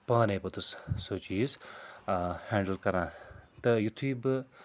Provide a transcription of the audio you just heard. پانَے پوٚتُس سُہ چیٖز ہٮ۪نٛڈٕل کَران تہٕ یُتھُے بہٕ